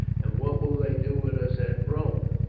and what will they do with us at rome?